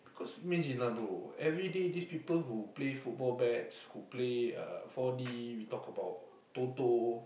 cause imagine lah bro everyday this people who play football bets who play uh four-D we talk about Toto